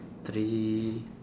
three